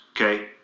okay